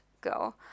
go